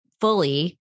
fully